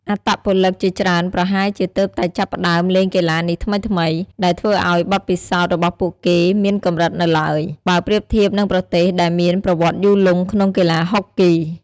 អត្តពលិកជាច្រើនប្រហែលជាទើបតែចាប់ផ្តើមលេងកីឡានេះថ្មីៗ ដែលធ្វើឲ្យបទពិសោធន៍របស់ពួកគេមានកម្រិតនៅឡើយ បើប្រៀបធៀបនឹងប្រទេសដែលមានប្រវត្តិយូរលង់ក្នុងកីឡាហុកគី។